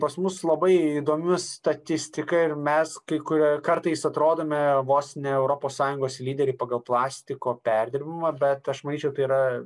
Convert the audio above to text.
pas mus labai įdomi statistika ir mes kai kur kartais atrodome vos ne europos sąjungos lyderiai pagal plastiko perdirbamą bet aš manyčiau tai yra